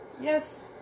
Yes